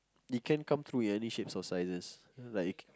it can come true in any shapes or sizes like you